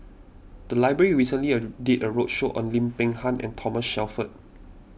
the library recently did a roadshow on Lim Peng Han and Thomas Shelford